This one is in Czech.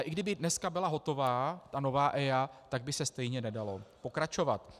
A kdyby dneska byla hotová, ta nová EIA, tak se stejně nedalo pokračovat.